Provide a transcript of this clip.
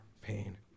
pain